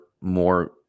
more